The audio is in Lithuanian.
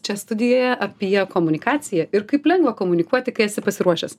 čia studijoje apie komunikaciją ir kaip lengva komunikuoti kai esi pasiruošęs